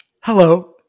Hello